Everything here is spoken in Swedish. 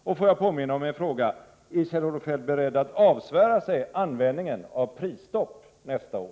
Och får jag påminna om min fråga: Är Kjell-Olof Feldt beredd att avsvära sig användningen av prisstopp nästa år?